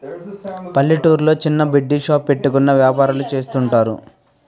పల్లెటూర్లో చిన్న బడ్డీ షాప్ పెట్టుకుని వ్యాపారాలు చేస్తుంటారు